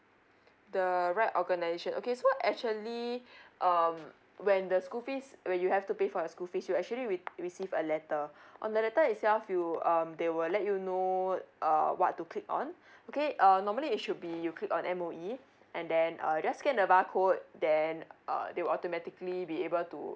the right organization okay so actually um when the school fees when you have to pay for your school fees you actually re~ receive a letter on the letter itself you um they will let you know uh what to click on okay um normally it should be you click on M_O_E and then uh just scan the bar code then uh they will be automatically be able to